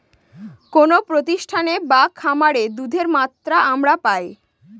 কোনো প্রতিষ্ঠানে বা খামারে দুধের মাত্রা আমরা পাই